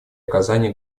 оказании